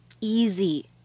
easy